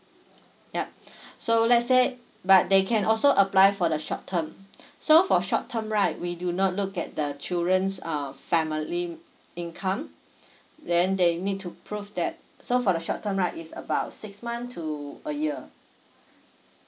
yup so let's say but they can also apply for the short term so for short term right we do not look at the children's uh family income then they need to prove that so for the short term right is about six months to a year